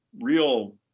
real